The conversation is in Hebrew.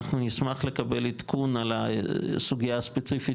אנחנו נשמח לקבל עדכון על הסוגייה הספציפית